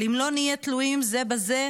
של "אם לא נהיה תלויים זה בזה,